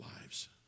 lives